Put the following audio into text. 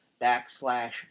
backslash